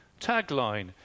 Tagline